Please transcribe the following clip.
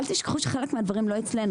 אל תשכחו שחלק מהדברים לא אצלנו,